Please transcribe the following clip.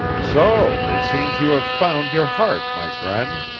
so it seems you have found your heart, my friend!